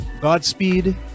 godspeed